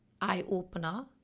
eye-opener